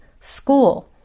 school